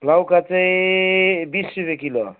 लौका चाहिँ बिस रुपियाँ किलो